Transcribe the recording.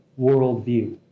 worldview